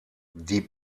die